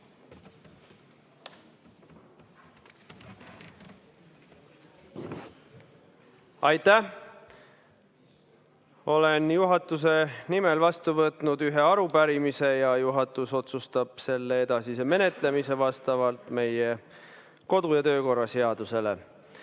Aitäh! Olen juhatuse nimel vastu võtnud ühe arupärimise ja juhatus otsustab selle edasise menetlemise vastavalt meie kodu- ja töökorra seadusele.